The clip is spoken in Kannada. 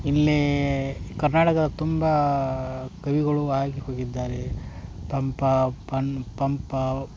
ಇಲ್ಲೇ ಕರ್ನಾಟಕದ ತುಂಬಾ ಕವಿಗಳು ಆಗಿ ಹೋಗಿದ್ದಾರೆ ಪಂಪ ಪನ್ ಪಂಪ